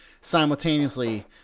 simultaneously